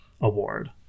Award